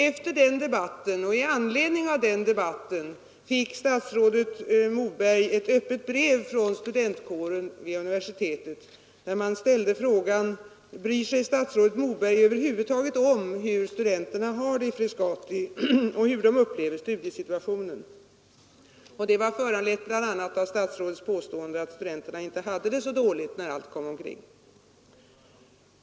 Efter den debatten och i anledning av den fick statsrådet Moberg ett öppet brev från studentkåren vid universitetet, i vilket man ställde frågan: ”Bryr sig statsrådet Moberg överhuvudtaget om hur studenterna har det i Frescati och hur de upplever studiesituationen?” Det brevet var föranlett bl.a. av statsrådets påstående att studenterna inte hade det så dåligt när allt kom omkring.